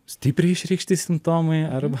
stipriai išreikšti simptomai arba